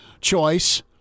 choice